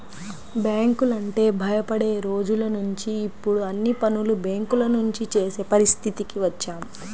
బ్యాంకులంటే భయపడే రోజులనుంచి ఇప్పుడు అన్ని పనులు బ్యేంకుల నుంచే చేసే పరిస్థితికి వచ్చాం